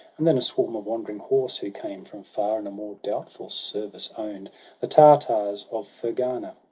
and then a swarm of wandering horse, who came from far, and a more doubtful service own'd the tartars of ferghana,